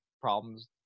problems